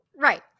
Right